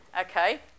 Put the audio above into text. Okay